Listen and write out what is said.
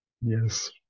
Yes